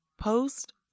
post